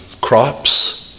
crops